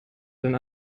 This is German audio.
den